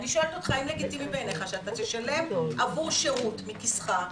ואני שואלת אותך האם לגיטימי בעיניך שאתה תשרת עבור שירות מכיסך,